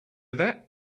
that